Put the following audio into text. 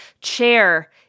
chair